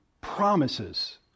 promises